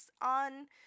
on